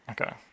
okay